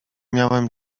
miałem